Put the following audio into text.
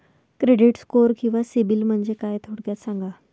Credit score किंवा CIBIL म्हणजे काय? थोडक्यात सांगा